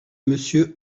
monsieur